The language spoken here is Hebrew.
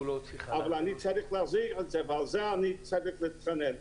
אני צריך להחזיר את זה ועל זה אני צריך להתחנן.